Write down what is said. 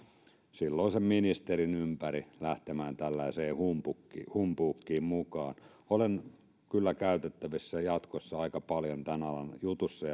silloisen ministerin ympäri lähtemään tällaiseen humpuukiin humpuukiin mukaan olen kyllä käytettävissä jatkossa aika paljon tämän alan jutuissa